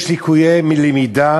יש ליקויי למידה